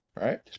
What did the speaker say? Right